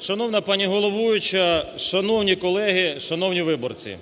Шановна пані головуюча, шановні колеги, шановні виборці!